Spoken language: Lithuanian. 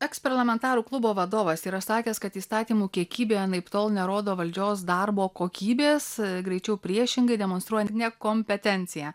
eks parlamentarų klubo vadovas yra sakęs kad įstatymų kiekybė anaiptol nerodo valdžios darbo kokybės greičiau priešingai demonstruoja nekompetenciją